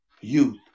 youth